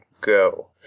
go